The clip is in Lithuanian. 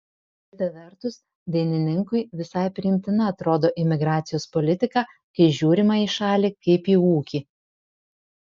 kita vertus dainininkui visai priimtina atrodo imigracijos politika kai žiūrima į šalį kaip į ūkį